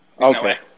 okay